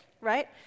right